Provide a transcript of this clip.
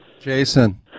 Jason